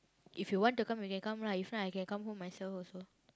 if you want to come you can come lah if not I can come home myself also